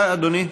בבקשה, אדוני.